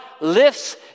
lifts